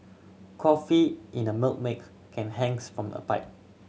coffee in a Milk make can hangs from a pipe